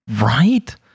Right